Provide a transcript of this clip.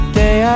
day